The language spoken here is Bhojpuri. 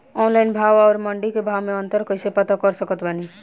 ऑनलाइन भाव आउर मंडी के भाव मे अंतर कैसे पता कर सकत बानी?